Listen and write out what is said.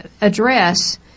address